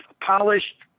polished